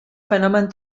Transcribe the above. fenomen